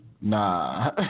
Nah